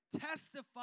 testify